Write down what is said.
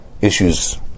issues